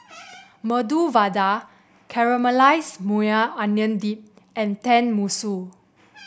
Medu Vada Caramelize Maui Onion Dip and Tenmusu